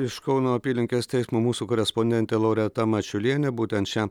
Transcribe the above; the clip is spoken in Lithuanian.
iš kauno apylinkės teismo mūsų korespondentė loreta mačiulienė būtent čia